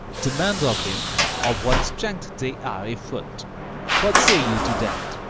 demand of him of what strength they are a-foot what say you to that?